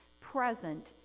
present